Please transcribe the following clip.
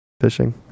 Fishing